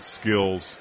skills